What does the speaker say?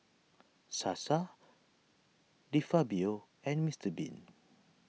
Sasa De Fabio and Mister Bean